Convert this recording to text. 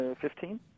Fifteen